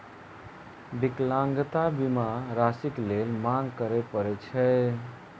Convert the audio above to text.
विकलांगता बीमा राशिक लेल मांग करय पड़ैत छै